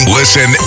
listen